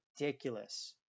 ridiculous